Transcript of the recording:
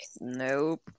Nope